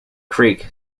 creek